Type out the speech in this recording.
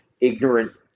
ignorant